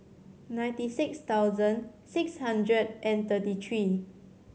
ninety six thousand six hundred and thirty three